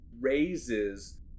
raises